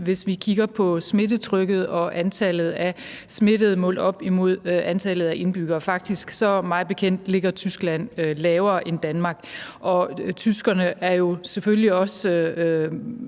hvis vi kigger på smittetrykket og antallet af smittede holdt op mod antallet af indbyggere. Faktisk ligger Tyskland mig bekendt lavere end Danmark. Tyskerne har også